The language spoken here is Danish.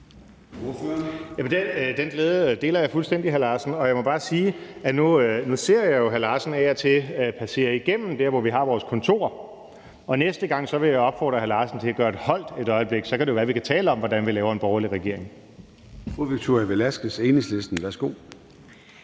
Den glæde deler jeg fuldstændig, hr. Per Larsen. Jeg må bare sige, at jeg af og til ser hr. Per Larsen passere igennem der, hvor vi har vores kontorer. Og næste gang vil jeg opfordre hr. Per Larsen til at gøre et holdt et øjeblik, for så kan det jo være, at vi kan tale om, hvordan vi laver en borgerlig regering. Kl. 21:12 Formanden (Søren